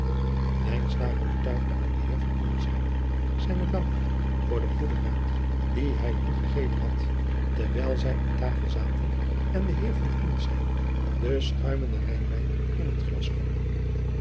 betuigde aan den eer zijnen dank voor den goeden raad dien hij hun gegeven had terwijl zij aan tafel zaten en de eer den schuimenden ijnwijn in het glas